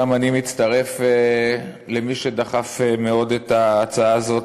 גם אני מצטרף למי שדחף מאוד את ההצעה הזאת,